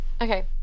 okay